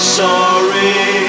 sorry